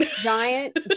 Giant